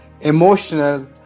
emotional